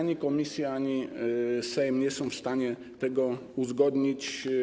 Ani komisja, ani Sejm nie są w stanie tego uzgodnić.